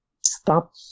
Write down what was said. stop